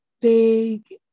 big